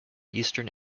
eastern